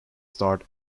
start